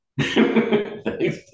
Thanks